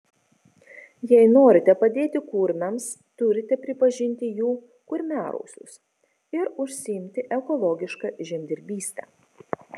jei norite padėti kurmiams turite pripažinti jų kurmiarausius ir užsiimti ekologiška žemdirbyste